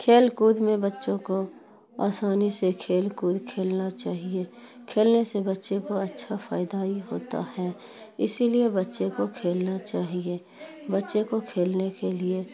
کھیل کود میں بچوں کو آسانی سے کھیل کود کھیلنا چاہیے کھیلنے سے بچے کو اچھا فائدہ ہی ہوتا ہے اسی لیے بچے کو کھیلنا چاہیے بچے کو کھیلنے کے لیے